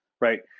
right